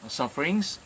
sufferings